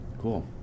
Cool